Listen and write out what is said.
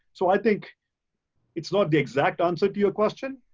so i think it's not the exact answer to your question.